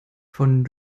von